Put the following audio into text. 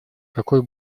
какой